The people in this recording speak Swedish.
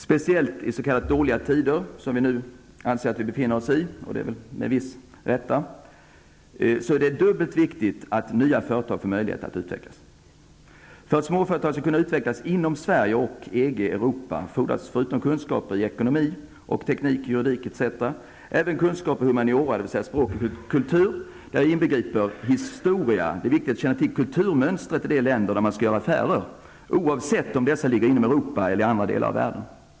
Speciellt i s.k. dåliga tider, som vi nu med viss rätt anser att vi befinner oss i, är det dubbelt viktigt att nya företag får möjlighet att utvecklas. För att småföretag skall kunna utvecklas i Sverige och EG/Europa fordras förutom kunskaper i ekonomi, teknik, juridik, etc. även kunskaper i humaniora, dvs. språk och kultur. Där inbegriper jag historia. Det är viktigt att känna till kulturmönstret i de länder där man skall göra affärer, oavsett om dessa ligger inom Europa eller i andra delar av världen.